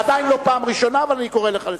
עדיין לא פעם ראשונה, אבל אני קורא לך לסדר.